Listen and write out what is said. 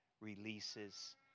releases